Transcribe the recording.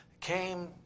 came